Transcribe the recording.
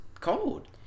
cold